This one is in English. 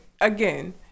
again